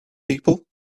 people